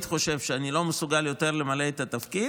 אני חושב שאני לא מסוגל למלא יותר את התפקיד,